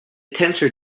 tensor